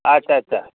আচ্ছা আচ্ছা